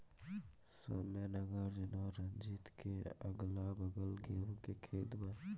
सौम्या नागार्जुन और रंजीत के अगलाबगल गेंहू के खेत बा